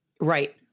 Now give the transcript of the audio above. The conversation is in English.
Right